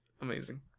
amazing